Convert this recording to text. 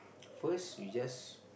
first you just